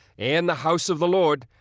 and the house of the lord,